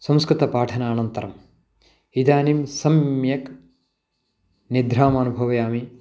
संस्कृतं पाठनानन्तरम् इदानीं सम्यक् निद्राम् अनुभवामि